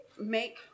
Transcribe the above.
make